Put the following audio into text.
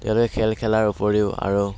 তেওঁলোকে খেল খেলাৰ উপৰিও আৰু